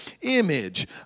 image